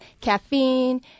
caffeine